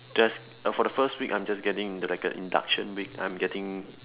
just uh for the first week I'm just getting like a induction week I'm getting